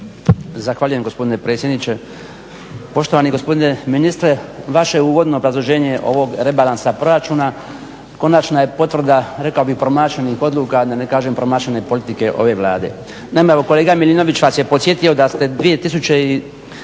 Zahvaljujem gospodine predsjedniče. Poštovani gospodine ministre, vaše uvodno obrazloženje ovog rebalansa proračuna konačna je potvrda, rekao bih promašenih odluka, da ne kažem promašene politike ove Vlade. Naime, kolega Milinović vas je podsjetio da ste 2012. godine,